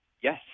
Yes